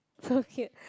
so cute